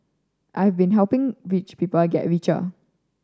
I have been helping rich people get richer